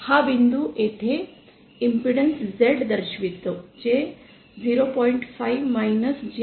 हा बिंदू येथे आपला इम्पेडन्स z दर्शवितो जे 0